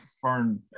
foreign